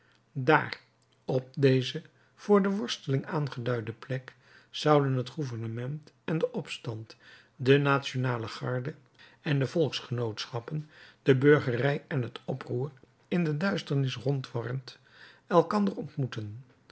daar op deze voor de worsteling aangeduide plek zouden het gouvernement en de opstand de nationale garde en de volksgenootschappen de burgerij en het oproer in de duisternis rondwarend elkander ontmoeten